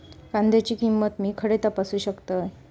कांद्याची किंमत मी खडे तपासू शकतय?